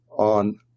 on